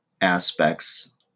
aspects